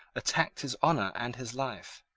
attacked his honour and his life,